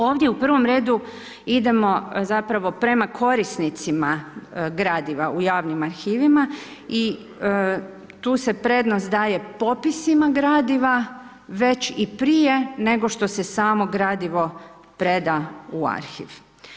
Ovdje u prvom redu idemo prema korisnicima gradiva u javnim arhivima i tu se prednost daje popisima gradiva već i prije nego što se samo gradivo preda u arhiv.